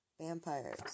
vampires